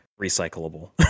recyclable